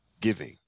giving